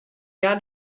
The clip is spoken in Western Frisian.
hja